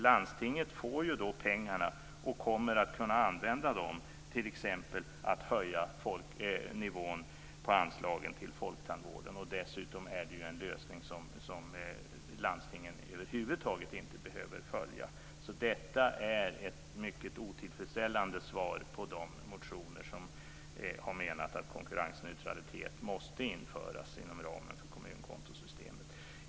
Landstingen får ju då pengarna och kommer att kunna använda dem t.ex. för att höja nivån på anslagen till folktandvården. Dessutom är det en lösning som landstingen över huvud taget inte behöver följa. Detta är ett mycket otillfredsställande svar på de motioner som handlar om att konkurrensneutralitet måste införas inom ramen för kommunkontosystemet.